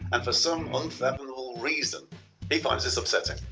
and for some unfathomable reason he finds this upsetting.